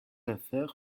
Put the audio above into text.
affaire